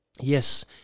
Yes